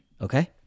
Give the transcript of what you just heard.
okay